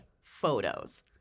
Photos